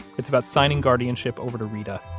it's about signing guardianship over to reta.